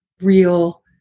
real